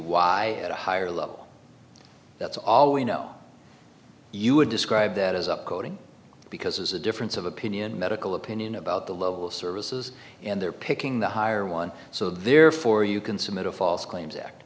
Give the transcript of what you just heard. why at a higher level that's all we know you would describe that as up coding because as a difference of opinion medical opinion about the level of services and they're picking the higher one so therefore you can submit a false claims act